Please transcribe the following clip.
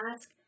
ask